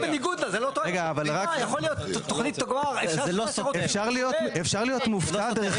יכולה להיות תוכנית --- אפשר להיות מופתע, דרך